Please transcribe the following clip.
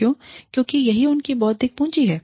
क्यों क्योंकि यही उनकी बौद्धिक पूंजी है